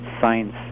science